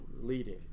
leading